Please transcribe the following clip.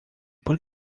por